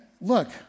Look